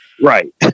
right